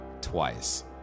twice